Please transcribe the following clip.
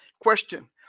Question